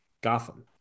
Gotham